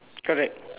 correct